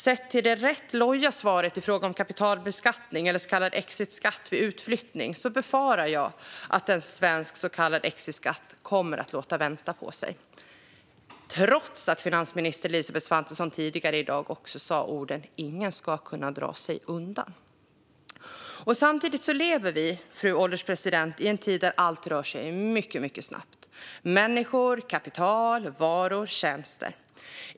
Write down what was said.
Med tanke på det rätt loja svaret i fråga om kapitalbeskattning vid utflyttning, så kallad exitskatt, befarar jag att en svensk exitskatt kommer att låta vänta på sig - trots att finansminister Elisabeth Svantesson tidigare i dag också sa att ingen ska kunna dra sig undan. Samtidigt lever vi, fru ålderspresident, i en tid där allt rör sig mycket snabbt - människor, kapital, varor och tjänster.